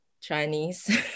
Chinese